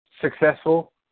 successful